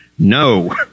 No